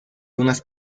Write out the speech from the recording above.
unas